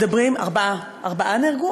ארבעה, ארבעה נהרגו?